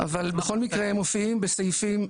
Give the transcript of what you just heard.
אבל בכל הם מופיעים סעיפים,